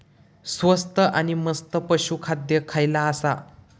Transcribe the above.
स्वस्त आणि मस्त पशू खाद्य खयला आसा?